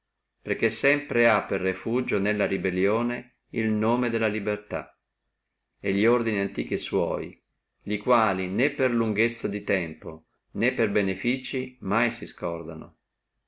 perché sempre ha per refugio nella rebellione el nome della libertà e li ordini antichi sua li quali né per la lunghezza de tempi né per benefizii mai si